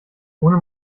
ohne